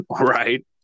Right